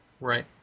Right